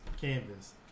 canvas